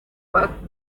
buck